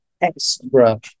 extra